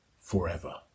forever